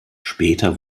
später